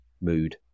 mood